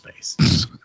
space